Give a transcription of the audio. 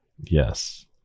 yes